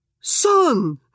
Son